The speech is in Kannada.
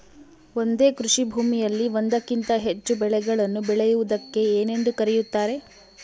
ಒಂದೇ ಕೃಷಿಭೂಮಿಯಲ್ಲಿ ಒಂದಕ್ಕಿಂತ ಹೆಚ್ಚು ಬೆಳೆಗಳನ್ನು ಬೆಳೆಯುವುದಕ್ಕೆ ಏನೆಂದು ಕರೆಯುತ್ತಾರೆ?